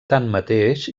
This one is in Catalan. tanmateix